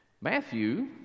matthew